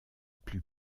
plus